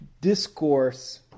discourse